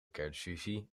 kernfusie